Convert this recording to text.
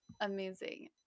Amazing